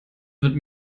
wird